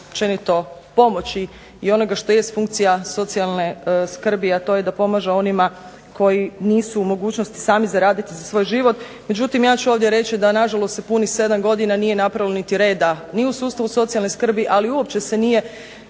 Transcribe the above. općenito pomoći i onoga što jest funkcija socijalne skrbi, a to je da pomaže onima koji nisu u mogućnosti sami zaraditi za svoj život, međutim ja ću ovdje reći da na žalost se punih 7 godina nije napravilo niti reda ni u sustavu socijalne skrbi, ali uopće se nije